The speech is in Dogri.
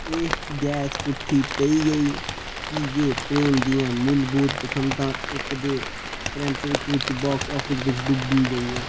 एह् गैस पुट्ठी पेई गेई की जे प्रेम दियां मूलभूत पसंदां इक दे परैंत्त इक बिच बॉक्स ऑफिस बिच्च डुब्बी गेइयां